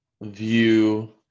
view